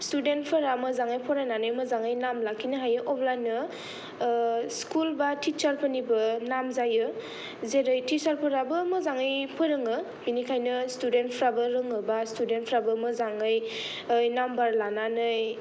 स्थुदेनफोरा मोजाङै फरायनानै मोजाङै नाम लाखिनो हायो अब्लानो स्कुल बा टिसारफोरनिबो नाम जायो जेरै टिसारफोराबो मोजांयै फोरोङो बेनिखायनो स्थुदेनफोराबो रोङो बा स्थुदेनफोराबो मोजां नाम्बार लानानै